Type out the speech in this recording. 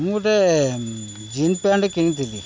ମୁଁ ଗୋଟେ jean pant କିଣିଥିଲି